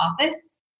office